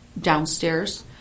downstairs